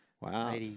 Wow